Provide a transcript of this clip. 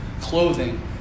clothing